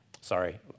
Sorry